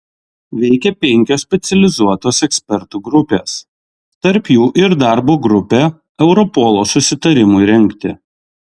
veikė penkios specializuotos ekspertų grupės tarp jų ir darbo grupė europolo susitarimui rengti